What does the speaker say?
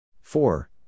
Four